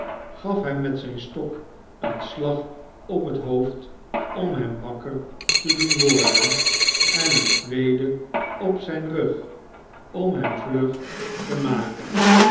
gaf hem met zijn stok een slag op het hoofd om hem wakker te doen worden en een tweeden op den rug om hem vlug te maken